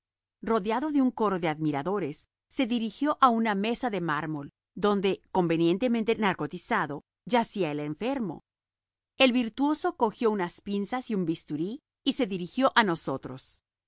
rodeado de un coro de admiradores se dirigió a una mesa de mármol donde convenientemente narcotizado yacía el enfermo el virtuoso cogió unas pinzas y un bisturí y se dirigió a nosotros